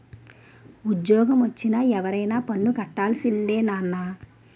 ఉజ్జోగమొచ్చిన ఎవరైనా పన్ను కట్టాల్సిందే నాన్నా